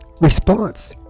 response